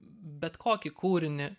bet kokį kūrinį